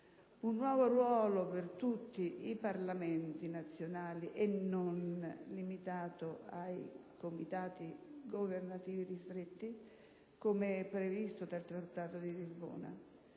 un nuovo ruolo per tutti i Parlamenti nazionali, e non limitato ai Comitati governativi ristretti, come previsto dal Trattato di Lisbona.